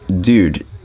dude